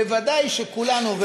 ודאי שכולנו,